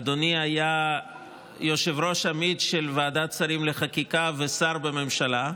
אדוני היה יושב-ראש עמית של ועדת שרים לחקיקה ושר בממשלה.